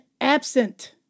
absent